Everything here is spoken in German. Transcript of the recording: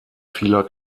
vieler